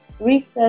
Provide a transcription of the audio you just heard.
Research